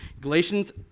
Galatians